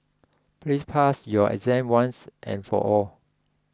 please pass your exam once and for all